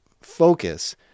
focus